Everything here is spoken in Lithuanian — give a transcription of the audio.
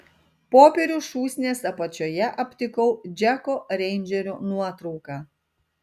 popierių šūsnies apačioje aptikau džeko reindžerio nuotrauką